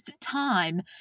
time